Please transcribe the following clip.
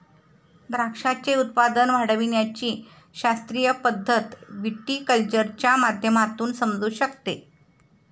द्राक्षाचे उत्पादन वाढविण्याची शास्त्रीय पद्धत व्हिटीकल्चरच्या माध्यमातून समजू शकते